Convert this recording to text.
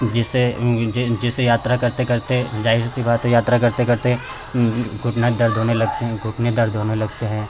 जिससे जैसे यात्रा करते करते ज़ाहिर सी बात है यात्रा करते करते घुटना दर्द होने लगते हैं घुटने दर्द होने लगते हैं